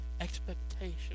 expectation